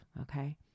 okay